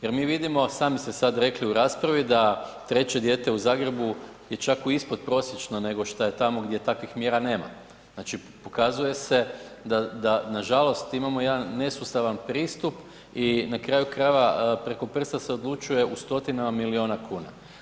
Jer mi vidimo, sami ste sad rekli u raspravi, da treće dijete u Zagrebu je čak u ispodprosječno nego šta je tamo gdje takvih mjera nema, znači pokazuje se da nažalost imamo jedan nesustav pristup, i na kraju krajeva preko prsa se odlučuje u stotinama milijuna kuna.